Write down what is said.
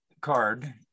card